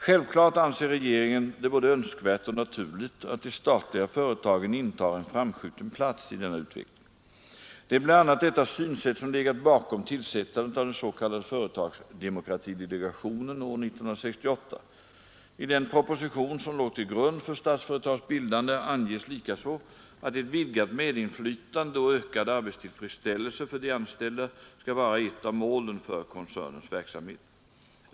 Självklart anser regeringen det både önskvärt och naturligt att de statliga företagen intar en framskjuten plats i denna utveckling. Det är bl.a. detta synsätt som legat bakom tillsättandet av den s.k. företagsdemokratidelegationen år 1968. I den proposition som låg till grund för Statsföretags bildande anges likaså att ett vidgat medinflytande och ökad arbetstillfredsställelse för de anställda skall vara ett av målen för koncernens verksamhet.